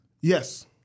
Yes